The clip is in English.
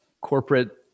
corporate